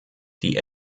die